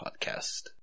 podcast